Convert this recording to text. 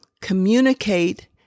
communicate